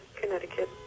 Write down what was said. Connecticut